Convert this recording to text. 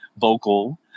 vocal